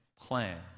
plan